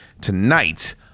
tonight